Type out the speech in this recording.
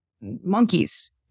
monkeys